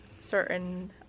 certain